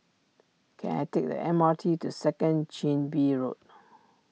can I take the M R T to Second Chin Bee Road